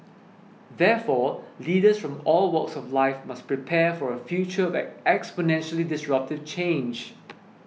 therefore leaders from all walks of life must prepare for a future exponentially disruptive change